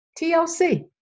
TLC